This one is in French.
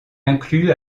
inclut